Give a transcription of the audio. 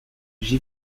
j’y